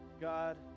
God